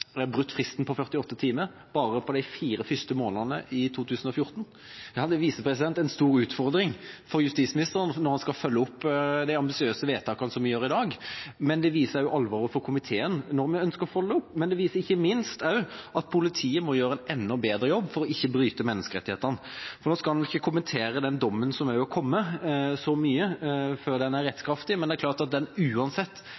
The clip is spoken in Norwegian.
stor utfordring for justisministeren som nå skal følge opp de ambisiøse vedtakene som vi vedtar i dag. Det viser også alvoret for komiteen når vi ønsker å følge det opp, men det viser ikke minst at politiet må gjøre en enda bedre jobb for ikke å bryte menneskerettighetene. Nå skal vi ikke kommentere den dommen som har kommet, før den er rettskraftig. Men det er klart at den uansett er